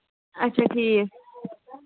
اَچھا ٹھیٖک